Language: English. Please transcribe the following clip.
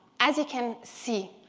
as you can see,